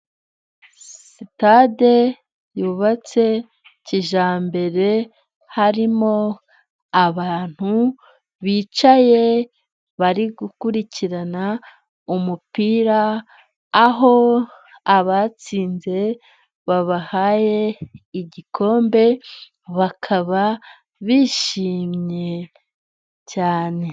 Sitade yubatse kijyambere, harimo abantu bicaye bari gukurikirana umupira, aho abatsinze babahaye igikombe bakaba bishimye cyane.